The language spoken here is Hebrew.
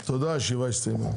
הישיבה הסתיימה.